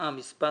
שעה מס'